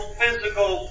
physical